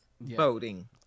voting